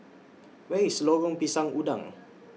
Where IS Lorong Pisang Udang